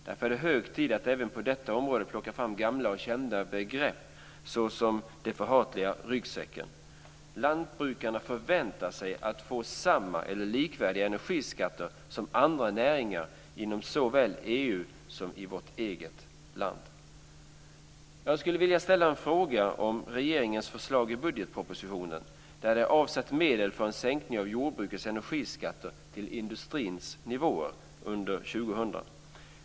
Därför är hög tid att även på detta område plocka fram gamla och kända begrepp såsom den förhatliga ryggsäcken. Lantbrukarna förväntar sig att få samma eller likvärdiga energiskatter som andra näringar såväl inom EU som i vårt eget land. Jag skulle vilja ställa en fråga om regeringens förslag i budgetpropositionen, där det är avsatt medel för en sänkning av jordbrukets energiskatter till industrins nivåer under år 2000.